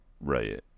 Right